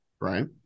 right